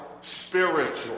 spiritual